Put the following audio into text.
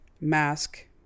mask